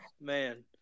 Man